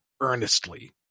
earnestly